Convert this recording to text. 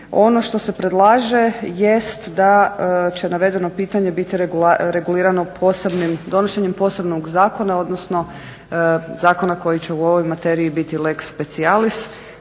Ono što se predlaže jest da će navedeno pitanje biti regulirano posebnim donošenjem posebno zakona odnosno zakona koji će u ovoj materiji biti lex specialis,